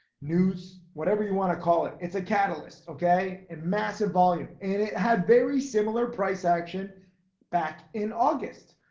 news, whatever you wanna call it. it's a catalyst, okay. and massive volume, and it had very similar price action back in august,